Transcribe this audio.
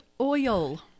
oil